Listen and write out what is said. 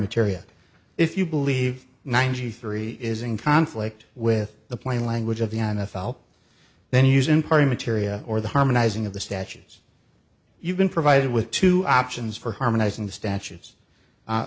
materia if you believe ninety three is in conflict with the plain language of the n f l then using party materia or the harmonizing of the statues you've been provided with two options for harmonizing the statues